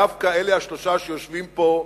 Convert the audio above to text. דווקא אלה השלושה שיושבים פה,